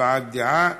הבעת דעה.